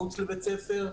מחוץ לבית ספר.